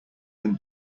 than